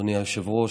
אדוני היושב-ראש,